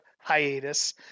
hiatus